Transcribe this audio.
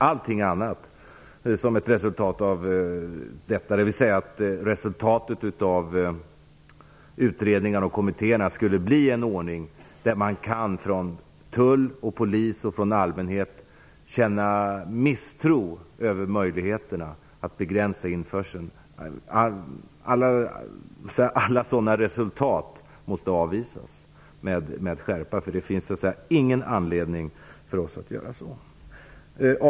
Allting annat som ett resultat av utredningarna och kommittéerna skulle bli en ordning där man från tull, polis och allmänhet kan känna misstro över möjligheterna att begränsa införseln. Alla sådana resultat måste avvisas med skärpa. Det finns ingen anledning för oss att göra så.